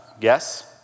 Yes